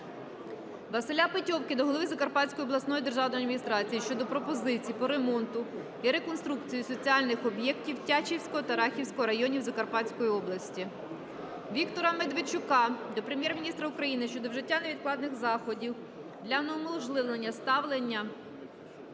Василя Петьовки до голови Закарпатської обласної державної адміністрації щодо пропозицій по ремонту і реконструкції соціальних об'єктів Тячівського та Рахівського районів Закарпатської області. Віктора Медведчука до Прем'єр-міністра України щодо вжиття невідкладних заходів для унеможливлення стягнення